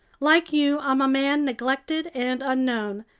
like you, i'm a man neglected and unknown,